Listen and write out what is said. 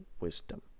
wisdom